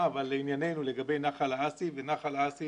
לענייננו, לגבי נחל האסי ונחל האסי